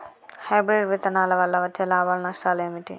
Hybrid విత్తనాల వల్ల వచ్చే లాభాలు నష్టాలు ఏమిటి?